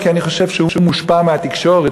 כי אני חושב שהוא מושפע מהתקשורת,